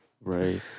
Right